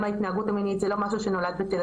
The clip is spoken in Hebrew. גם ההתנהגות המינית זה לא משהו שנולד בתל